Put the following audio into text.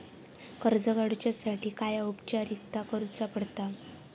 कर्ज काडुच्यासाठी काय औपचारिकता करुचा पडता?